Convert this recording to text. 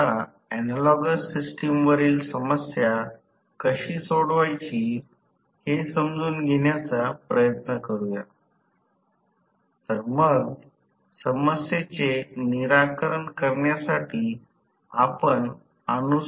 तर ω T 1 S ω S दोन्हे बाजूंनी विभाजित केले आणि हे प्रत्यक्षात Pm आहे कारण Pm ω T